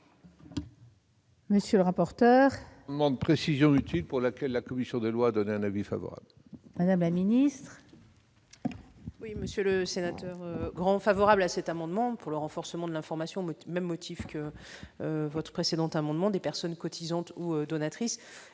Monsieur le rapporteur,